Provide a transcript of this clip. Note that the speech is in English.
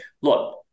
look